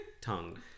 Tongue